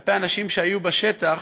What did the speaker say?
כלפי אנשים שהיו בשטח,